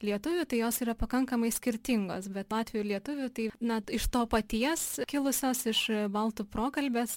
lietuvių tai jos yra pakankamai skirtingos bet latvių ir lietuvių tai na iš to paties kilusios iš baltų prokalbės